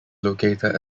located